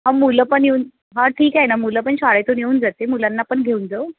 हा मुलं पण येऊन हां ठीक आहे ना मुलं पण शाळेतून येऊन जाते मुलांना पण घेऊन जाऊ